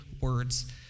words